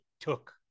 took